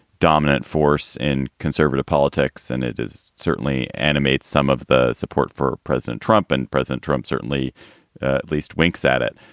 dominant force in conservative politics. and it is certainly animates some of the support for president trump. and president trump certainly at least winks at it.